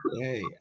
hey